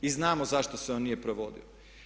I znamo zašto se on nije provodio.